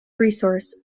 resource